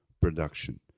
production